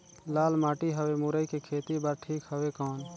लाल माटी हवे मुरई के खेती बार ठीक हवे कौन?